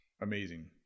amazing